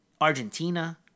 Argentina